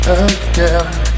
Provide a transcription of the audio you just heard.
again